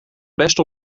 beste